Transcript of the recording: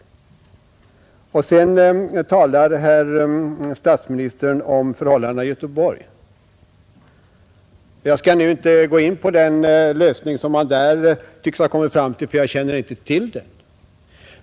Statsministern talar sedan om förhållandena i Göteborg. Jag skall nu inte gå in på den lösning som man där tycks ha kommit fram till, för jag känner inte till den.